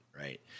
right